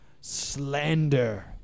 Slander